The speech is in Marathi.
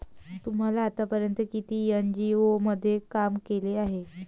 तुम्ही आतापर्यंत किती एन.जी.ओ मध्ये काम केले आहे?